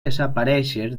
desaparèixer